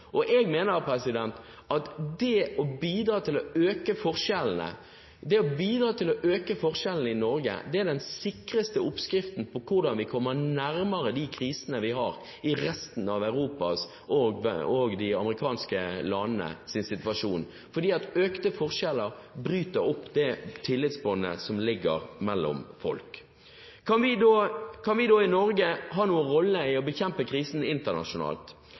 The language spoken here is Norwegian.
forskjeller. Jeg mener at det å bidra til å øke forskjellene i Norge er den sikreste oppskriften på hvordan vi kommer nærmere de krisene vi ser i resten av Europa og i de amerikanske landene, for økte forskjeller bryter opp det tillitsbåndet som er mellom folk. Kan vi i Norge ha noen rolle i det å bekjempe krisen internasjonalt?